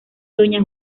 doña